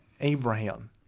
Abraham